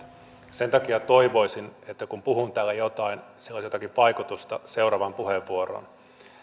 sen takia toivoisin että kun puhun täällä jotain niin sillä olisi jotakin vaikutusta seuraavaan puheenvuoroon